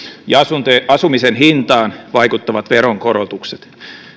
ja asumisen hintaan vaikuttavat veronkorotukset